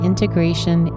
integration